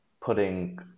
putting